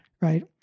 right